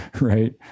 Right